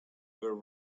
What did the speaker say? over